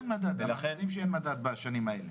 אין מדד בשנים האלה.